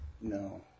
No